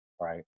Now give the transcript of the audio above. Right